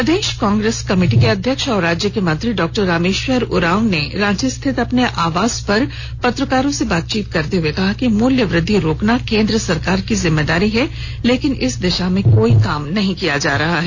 प्रदेश Congress committee के अध्यक्ष और राज्य के मंत्री डॉ रामेश्वर उरांव ने रांची स्थित अपने आवास पर पत्रकारों से बात करते हए कहा कि मूल्यवृद्धि रोकना केंद्र सरकार की जिम्मेदारी है लेकिन इस दिशा में कोई काम नहीं हो रहा है